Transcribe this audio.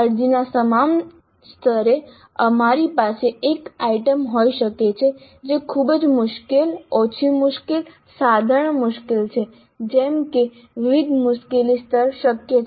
અરજીના સમાન સ્તરે અમારી પાસે એક આઇટમ હોઈ શકે છે જે ખૂબ જ મુશ્કેલ ઓછી મુશ્કેલ સાધારણ મુશ્કેલ છે જેમ કે વિવિધ મુશ્કેલી સ્તર શક્ય છે